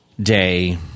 day